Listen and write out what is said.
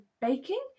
baking